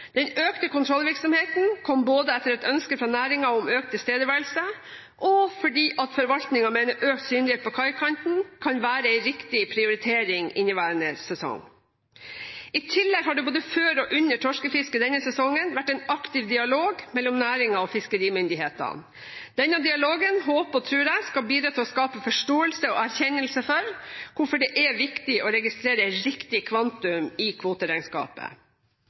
Den økte kontrollvirksomheten kom både etter et ønske fra næringen om økt tilstedeværelse og fordi forvaltningen mener økt synlighet på kaikanten kan være en riktig prioritering inneværende sesong. I tillegg har det både før og under torskefisket denne sesongen vært en aktiv dialog mellom næringen og fiskerimyndighetene. Denne dialogen håper og tror jeg skal bidra til å skape forståelse og erkjennelse for hvorfor det er viktig å registrere riktig kvantum i kvoteregnskapet.